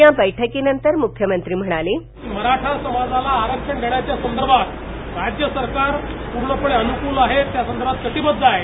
या बैठकीनंतर मुख्यमंत्री म्हणाले ध्वनी मराठा समाजाला आरक्षण देण्याच्या संदर्भात राज्य सरकार पूर्णपणे अनुकूल आहे त्यासंदर्भात कटिबद्ध आहे